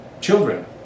children